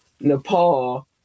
Nepal